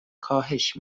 کاهش